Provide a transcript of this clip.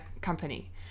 company